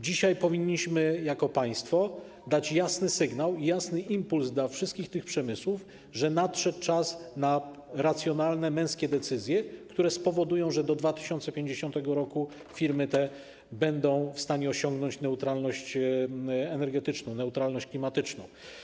Dzisiaj powinniśmy jako państwo dać jasny sygnał, jasny impuls dla wszystkich tych przemysłów, że nadszedł czas na racjonalne, męskie decyzje, które spowodują, że do 2050 r. firmy te będą w stanie osiągnąć neutralność energetyczną, neutralność klimatyczną.